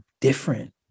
different